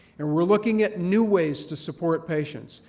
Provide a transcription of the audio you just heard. and we're looking at new ways to support patients,